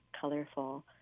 colorful